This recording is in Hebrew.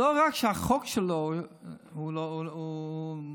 לא רק שהחוק שלו הוא רשעות,